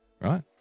Right